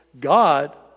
God